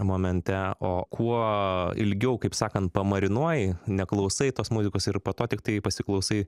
momente o kuo ilgiau kaip sakant pamarinuoji neklausai tos muzikos ir po to tiktai pasiklausai